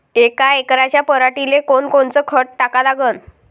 यका एकराच्या पराटीले कोनकोनचं खत टाका लागन?